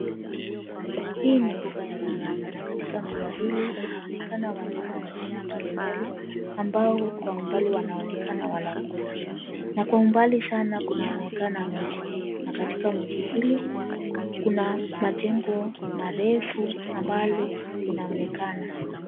Hii ni mbuga ya wanyama, na katika mbuga hili kunaonekana wanyama wa aina mbalimbali ambao kwa umbali wanaonekana wanakula. Kwa umbali sana kunaonekana mji, na katika mji huo kuna majengo marefu ambayo wanaonekana.